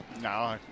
No